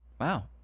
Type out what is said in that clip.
Wow